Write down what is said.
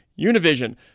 Univision